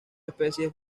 especies